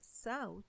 South